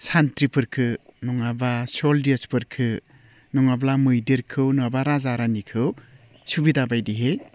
सानथ्रिफोरखौ नङाबा सलजोर्सफोरखौ नङाब्ला मैदेरखौ नङाबा राजा रानिखौ सुबिदा बायदिहै